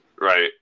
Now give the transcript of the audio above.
Right